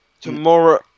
tomorrow